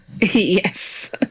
yes